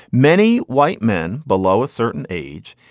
many white men below a certain age,